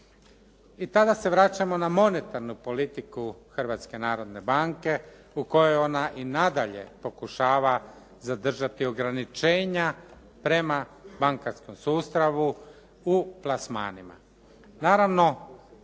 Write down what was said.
I tada se vraćamo na monetarnu politiku Hrvatske narodne banke u kojoj ona i nadalje pokušava zadržati ograničenja prema bankarskom sustavu u plasmanima.